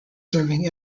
serving